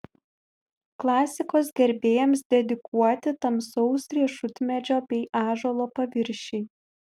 klasikos gerbėjams dedikuoti tamsaus riešutmedžio bei ąžuolo paviršiai